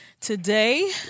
today